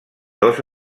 dos